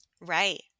Right